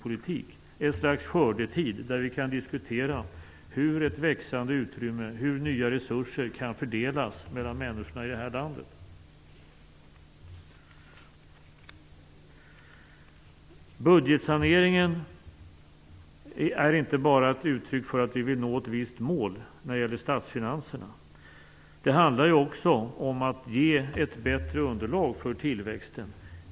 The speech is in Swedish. Det blir ett slags skördetid, där vi kan diskutera hur ett växande utrymme och nya resurser kan fördelas mellan människorna i det här landet. Budgetsaneringen är inte bara ett uttryck för att vi vill nå ett visst mål när det gäller statsfinanserna. Det handlar också om att ge ett bättre underlag för tillväxten.